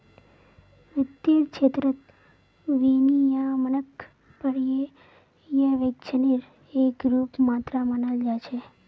वित्तेर क्षेत्रत विनियमनक पर्यवेक्षनेर एक रूप मात्र मानाल जा छेक